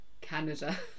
Canada